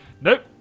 nope